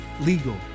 legal